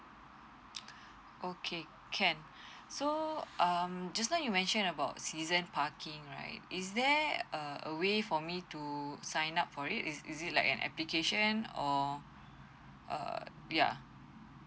okay can so um just now you mentioned about season parking right is there a a way for me to sign up for it is is it like an application or err yeah